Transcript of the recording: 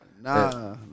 Nah